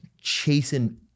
chasing